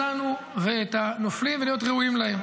אנחנו צריכים להיות ראויים לנופלים.